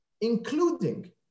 including